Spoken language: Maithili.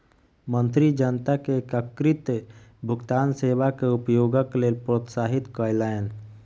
मंत्री जनता के एकीकृत भुगतान सेवा के उपयोगक लेल प्रोत्साहित कयलैन